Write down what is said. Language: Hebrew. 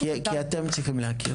לא, זה לא מצוין, כי אתם צריכים להכיר.